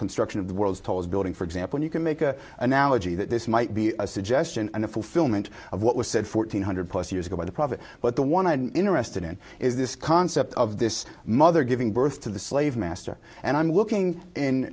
construction of the world's tallest building for example you can make an analogy that this might be a suggestion and a fulfillment of what was said one thousand four hundred plus years ago by the prophet but the one i'm interested in is this concept of the mother giving birth to the slave master and i'm looking in